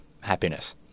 happiness